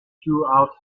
throughout